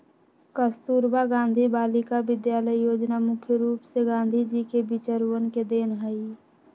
कस्तूरबा गांधी बालिका विद्यालय योजना मुख्य रूप से गांधी जी के विचरवन के देन हई